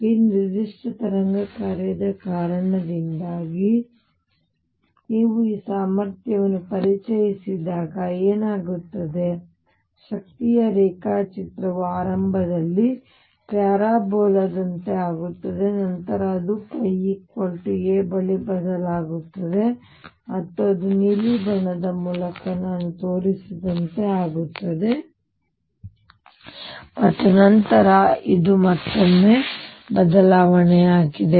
ಈ ನಿರ್ದಿಷ್ಟ ತರಂಗ ಕಾರ್ಯದ ಕಾರಣದಿಂದಾಗಿ ನೀವು ಈ ಸಾಮರ್ಥ್ಯವನ್ನು ಪರಿಚಯಿಸಿದಾಗ ಈಗ ಏನಾಗುತ್ತದೆ ಶಕ್ತಿಯ ರೇಖಾಚಿತ್ರವು ಆರಂಭದಲ್ಲಿ ಪ್ಯಾರಾಬೋಲಾದಂತೆ ಆಗುತ್ತದೆ ಮತ್ತು ನಂತರ ಅದುπa ಬಳಿ ಬದಲಾಗುತ್ತದೆ ಮತ್ತು ಅದು ನೀಲಿ ಬಣ್ಣದ ಮೂಲಕ ನಾನು ತೋರಿಸಿದಂತೆ ಆಗುತ್ತದೆ ಮತ್ತು ನಂತರ ಇದು ಮತ್ತೊಮ್ಮೆ ಬದಲಾವಣೆಯಾಗಿದೆ